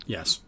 Yes